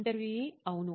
ఇంటర్వ్యూఈ అవును